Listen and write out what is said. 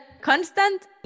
constant